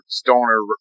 stoner